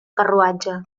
carruatge